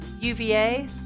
UVA